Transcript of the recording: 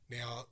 now